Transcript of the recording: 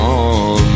on